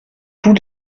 tous